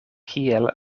kiel